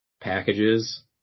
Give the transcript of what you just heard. packages